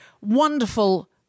wonderful